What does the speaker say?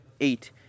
eight